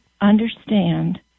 understand